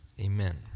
Amen